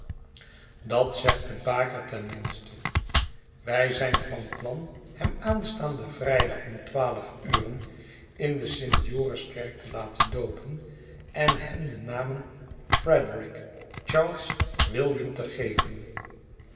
dat zegt de baker ten minste wij zijn van plan hem aanstaanden vrijdag om twaalf uren in de st joriskerk te laten doopen en hem de namen frederick charles william te geven